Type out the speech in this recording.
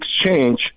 exchange